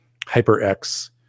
HyperX